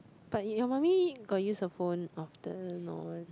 but your mummy got use her phone often or what